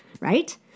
right